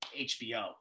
HBO